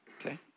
Okay